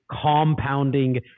compounding